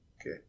Okay